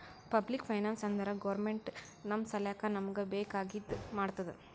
public finance ಅಂದುರ್ government ನಮ್ ಸಲ್ಯಾಕ್ ನಮೂಗ್ ಬೇಕ್ ಆಗಿದ ಮಾಡ್ತುದ್